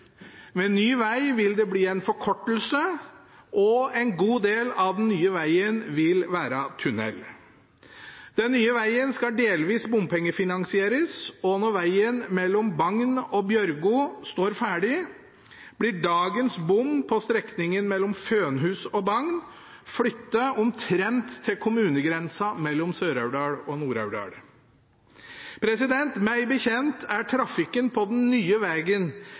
Med ny veg vil det bli en forkortelse, og en god del av den nye vegen vil være tunnel. Den nye vegen skal delvis bompengefinansieres, og når vegen mellom Bagn og Bjørgo står ferdig, blir dagens bom på strekningen mellom Fønhus og Bagn flyttet omtrent til kommunegrensa mellom Sør-Aurdal og Nord-Aurdal. Meg bekjent er trafikken på den nye vegen